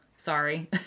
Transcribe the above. Sorry